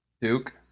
Duke